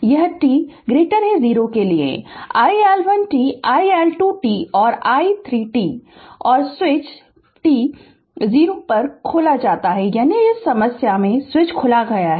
यह t 0 के लिए iL1 t iL2 t और i3t है और स्विच t 0 पर खोला जाता है यानी इस समय स्विच खुल गया है